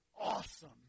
awesome